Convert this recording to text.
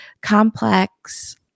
complex